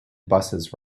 buses